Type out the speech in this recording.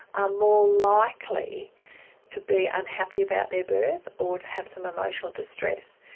are more likely to be unhappy about their birth, or to have some emotional distress.